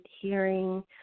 hearing